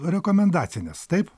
rekomendacinis taip